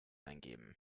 eingeben